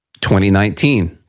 2019